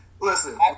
Listen